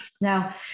Now